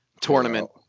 tournament